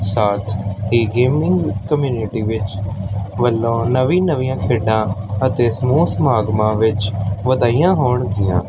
ਸਾਥ e gaming community ਵਿੱਚ ਵੱਲੋਂ ਨਵੀਂ ਨਵੀਆਂ ਖੇਡਾਂ ਅਤੇ ਸਮੂਹ ਸਮਾਗਮਾਂ ਵਿੱਚ ਵਧਾਈਆਂ ਹੋਣਗੀਆਂ